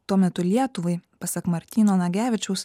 tuo metu lietuvai pasak martyno nagevičiaus